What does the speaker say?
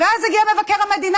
ואז הגיע מבקר המדינה,